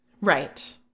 Right